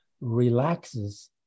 relaxes